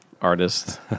artist